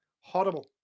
Horrible